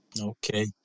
Okay